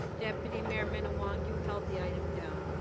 deputy mayor minnan-wong, you held the item down.